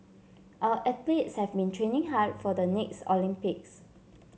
our athletes have been training hard for the next Olympics